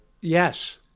Yes